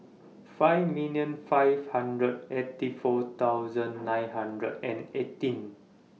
five million five hundred eighty four thousand nine hundred and eighteen